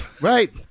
Right